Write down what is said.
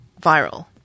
viral